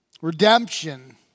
redemption